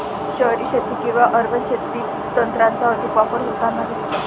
शहरी शेती किंवा अर्बन शेतीत तंत्राचा अधिक वापर होताना दिसतो